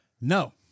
No